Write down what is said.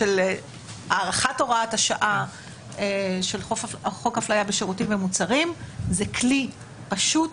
הארכת הוראת השעה של החוק לאיסור הפליה בשירותים ומוצרים זה כלי פשוט,